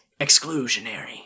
exclusionary